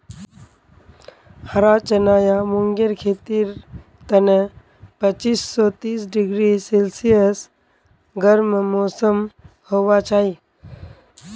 हरा चना या मूंगेर खेतीर तने पच्चीस स तीस डिग्री सेल्सियस गर्म मौसम होबा चाई